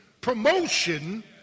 promotion